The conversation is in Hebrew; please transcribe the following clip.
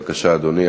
בבקשה, אדוני.